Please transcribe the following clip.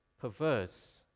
perverse